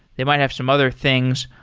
they might have some other things,